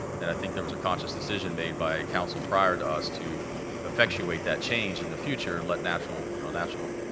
and i think there was a conscious decision made by a council prior to us to effectuate that change in the future and let natural you know, natural